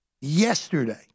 yesterday